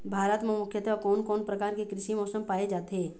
भारत म मुख्यतः कोन कौन प्रकार के कृषि मौसम पाए जाथे?